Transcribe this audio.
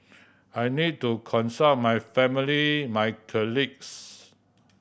I need to consult my family my colleagues